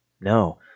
no